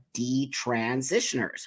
detransitioners